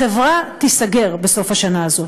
החברה תיסגר בסוף השנה הזאת,